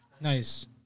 Nice